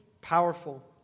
powerful